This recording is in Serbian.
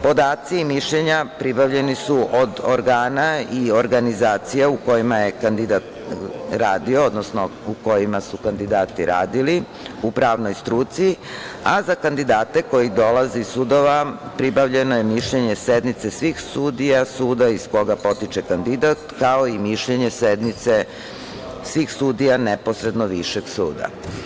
Podaci i mišljenja pribavljeni su od organa i organizacija u kojima je kandidat radio, odnosno u kojima su kandidati radili u pravnoj struci, a za kandidate koji dolaze iz sudova pribavljeno je mišljenje sednice svih sudija suda iz koga potiče kandidat, kao i mišljenje sednice svih sudija neposredno višeg suda.